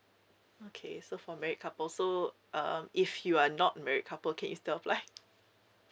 okay so for married couple so um if you are not married couple can you still apply